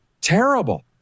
terrible